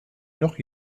noch